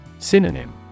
Synonym